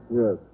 yes